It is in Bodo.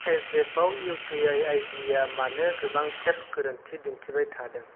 पेजेफआव इउ पि आइ आइ दि आ मानो गोबां खेब गोरोन्थि दिन्थिबाय थादों